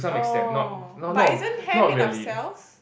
orh but isn't hair made of cells